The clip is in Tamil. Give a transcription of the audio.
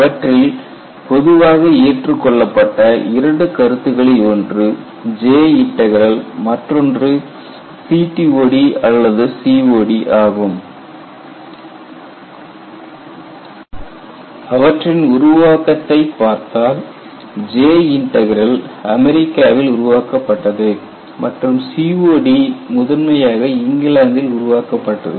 அவற்றில் பொதுவாக ஏற்றுக்கொள்ளப்பட்ட 2 கருத்துகளில் ஒன்று J இன்டக்ரல் மற்றொன்று CTOD அல்லது COD ஆகும் அவற்றின் உருவாக்கத்தைப் பார்த்தால் J இன்டக்ரல் அமெரிக்காவில் உருவாக்கப்பட்டது மற்றும் COD முதன்மையாக இங்கிலாந்தில் உருவாக்கப்பட்டது